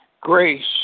Grace